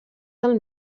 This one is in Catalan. del